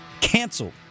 canceled